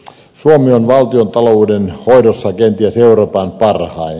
suomi on valtiontalouden hoidossa kenties euroopan parhain